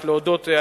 רק להודות,